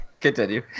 continue